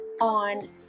on